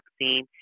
vaccine